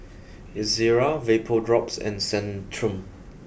Ezerra VapoDrops and Centrum